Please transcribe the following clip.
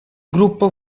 gruppo